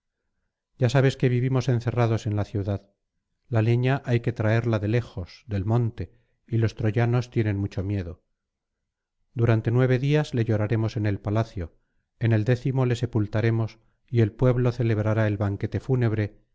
ilíada sabes que vivimos encerrados en la ciudad la leña hay que traerla de lejos del monte y los troyanos tienen mucho miedo durante nueve días le lloraremos en el palacio en el décimo le sepultaremos y el pueblo celebrará el banquete fúnebre